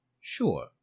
Sure